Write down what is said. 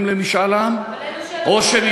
לא הכול,